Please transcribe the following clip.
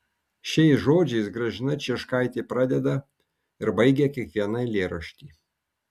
šiais žodžiais gražina cieškaitė pradeda ir baigia vieną eilėraštį